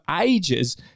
ages